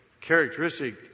characteristic